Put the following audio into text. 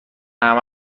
همه